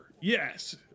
yes